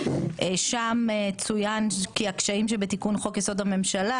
שם צוין כי הקשיים שבתיקון חוק-יסוד: הממשלה